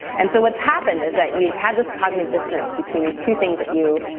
and so what's happened is that you've had this cognitive dissonance between these two things at you.